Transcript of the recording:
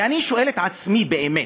ואני שואל את עצמי, באמת,